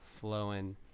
flowing